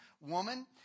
woman